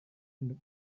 and